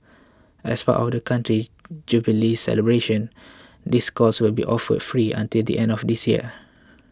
as part of the country's Jubilee celebrations these courses will be offered free until the end of this year